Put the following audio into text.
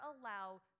allow